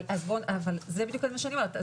אבל זה בדיוק מה שאני אומרת,